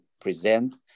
present